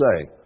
say